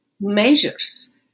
measures